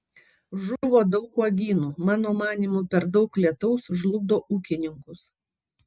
žuvo daug uogynų mano manymu per daug lietaus žlugdo ūkininkus